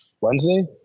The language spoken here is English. Wednesday